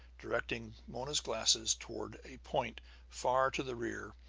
directing mona's glasses toward a point far to the rear,